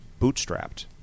bootstrapped